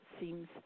seems